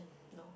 no